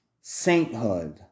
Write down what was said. sainthood